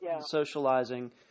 socializing